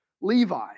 Levi